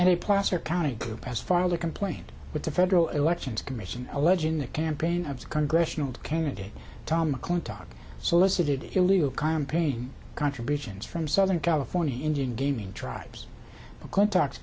a placer county group has filed a complaint with the federal elections commission alleging the campaign of the congressional candidate tom mcclintock solicited illegal campaign contributions from southern california indian gaming tribes contacts